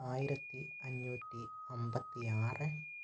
ആയിരത്തി അഞ്ഞൂറ്റി അൻപത്തി ആറ്